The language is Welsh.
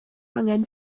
angen